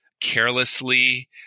carelessly